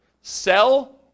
sell